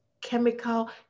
chemical